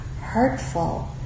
hurtful